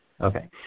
Okay